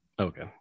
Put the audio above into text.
Okay